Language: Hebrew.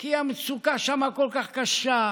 כי המצוקה שם כל כך קשה,